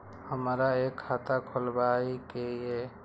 हमरा एक खाता खोलाबई के ये?